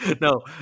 no